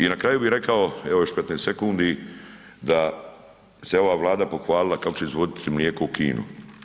I na kraju bi rekao, evo još 15 sekundi, da se ova Vlada pohvalila kako će izvoziti mlijeko u Kinu.